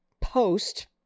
post